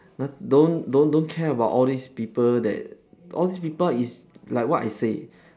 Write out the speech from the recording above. not~ don't don't don't care about all these people that all these people is like what I say